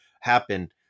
happen